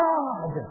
God